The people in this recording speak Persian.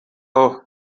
اوه